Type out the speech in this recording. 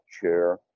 chair